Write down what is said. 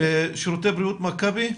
שירותי בריאות מכבי,